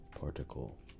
Particle